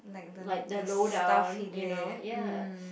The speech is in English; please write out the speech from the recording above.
like the slowdown you know ya